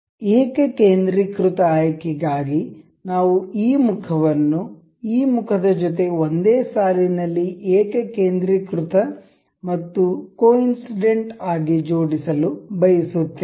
ಏಕಕೇಂದ್ರೀಕೃತ ಆಯ್ಕೆಗಾಗಿ ನಾವು ಈ ಮುಖವನ್ನು ಈ ಮುಖದ ಜೊತೆ ಒಂದೇ ಸಾಲಿನಲ್ಲಿ ಏಕಕೇಂದ್ರೀಕೃತ ಮತ್ತು ಕೊಇನ್ಸಿಡೆಂಟ್ ಆಗಿ ಜೋಡಿಸಲು ಬಯಸುತ್ತೇವೆ